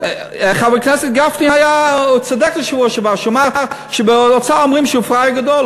חבר הכנסת גפני צדק בשבוע שעבר כשאמר שבאוצר אומרים שהוא פראייר גדול,